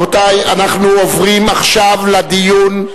רבותי, אנחנו עוברים עכשיו לדיון,